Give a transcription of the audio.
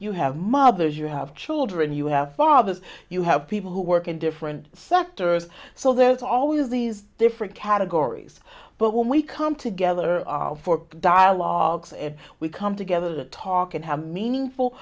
you have mothers you have children you have fathers you have people who work in different sectors so there is always these different categories but when we come together for dialogue we come together to talk and have meaningful